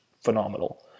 phenomenal